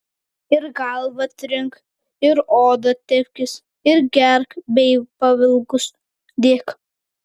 ir galvą trink ir odą tepkis ir gerk bei pavilgus dėk